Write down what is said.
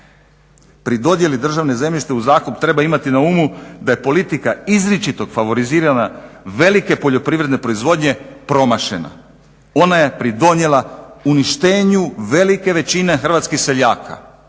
Pri dodjeli državnog zemljišta u zakup treba imati na umu da je politika izričitog favorizirana velike poljoprivredne proizvodnje promašena, ona je pridonijela uništenju velike većine hrvatskih seljaka,